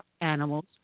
animals